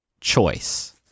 choice